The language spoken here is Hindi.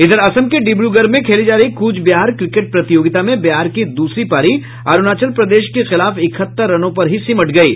इधर असम के डिब्रगढ़ में खेली जा रही कूच बिहार क्रिकेट प्रतियोगिता में बिहार की द्रसरी पारी अरूणाचल प्रदेश के खिलाफ इकहत्तर रनों पर ही सिमट गयी